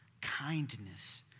kindness